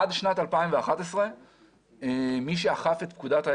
עד שנת 2011 מי שאכף את פקודת היערות,